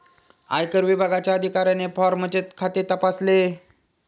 आयकर विभागाच्या अधिकाऱ्याने फॉर्मचे खाते तपासले